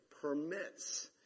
permits